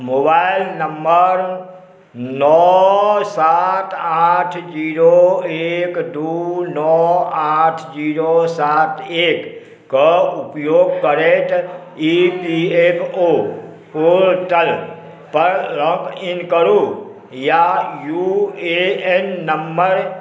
mobile number नओ सात आठ जीरो एक दुइ नओ आठ जीरो सात एकके उपयोग करैत ई पी एफ ओ पोर्टलपर लॉगिन करू या यू ए एन नम्बर